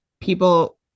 people